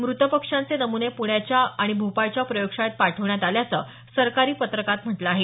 मृत पक्ष्यांचे नमुने पुण्याच्या आणि भोपाळच्या प्रयोगशाळेत पाठवण्यात आल्याचं सरकारी पत्रकात म्हटलं आहे